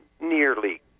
nearly